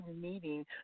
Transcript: meeting